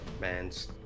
man's